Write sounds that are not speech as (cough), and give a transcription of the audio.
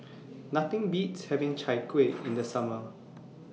Nothing Beats having Chai Kueh (noise) in The Summer